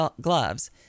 gloves